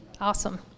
awesome